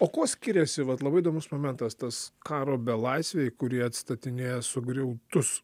o kuo skiriasi vat labai įdomus momentas tas karo belaisviai kurie atstatinėja sugriautus